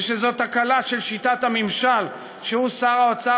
ושזו תקלה של שיטת הממשל שהוא שר האוצר